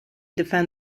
defend